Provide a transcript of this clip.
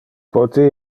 pote